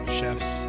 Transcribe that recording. chefs